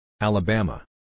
Alabama